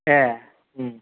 ए